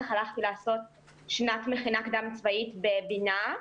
כך הלכתי לעשות שנת מכינה קדם-צבאית בבינ"ה,